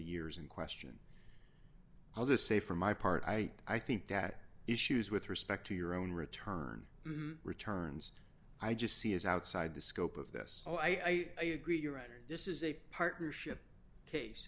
years in question i'll just say for my part i i think that issues with respect to your own return the returns i just see is outside the scope of this all i agree your honor this is a partnership case